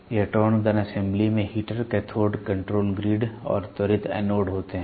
electron gun assembly में heater cathode control grid और त्वरित एनोड होते हैं